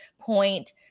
point